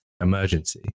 emergency